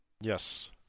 Yes